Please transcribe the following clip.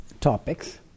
topics